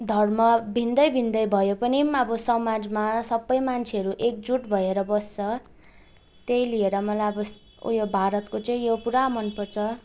धर्म भिन्नै भिन्नै भए पनि अब समाजमा सबै मान्छेहरू एकजुट भएर बस्छ त्यही लिएर मलाई अब उयो भारतको चाहिँ उयो पुरा मन पर्छ